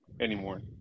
anymore